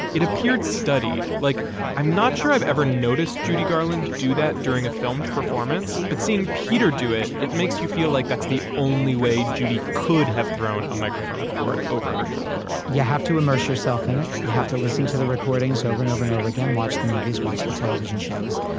it appeared studied like i'm not sure i've ever noticed judy garland do that during a filmed performance. but seeing peter do it, it makes you feel like that's the only way judy could have thrown a microphone cord over her shoulder you yeah have to immerse yourself in it. you have to listen to the recordings over and over and over again. watch the movies, watch the television shows.